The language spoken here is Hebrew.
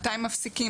מתי מפסיקים,